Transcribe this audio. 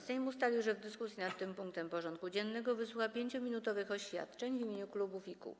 Sejm ustalił, że w dyskusji nad tym punktem porządku dziennego wysłucha 5-minutowych oświadczeń w imieniu klubów i kół.